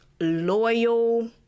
loyal